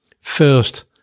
First